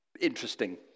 Interesting